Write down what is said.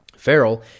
Farrell